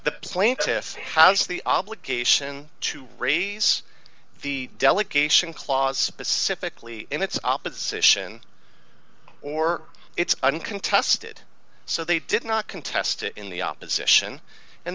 the plaintiffs has the obligation to raise the delegation clause specifically in its opposition or it's uncontested so they did not contest it in the opposition and